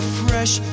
fresh